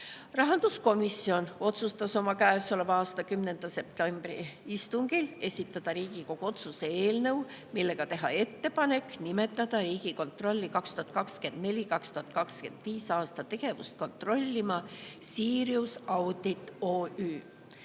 Rahanduskomisjon otsustas oma käesoleva aasta 10. septembri istungil esitada Riigikogu otsuse eelnõu, millega teha ettepanek nimetada Riigikontrolli 2024.–2025. aasta tegevust kontrollima Sirius Audit OÜ.